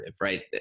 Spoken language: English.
right